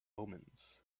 omens